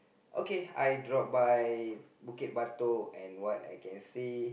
okay I drop by Bukit-Batok and what I can see